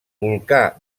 volcà